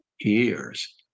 years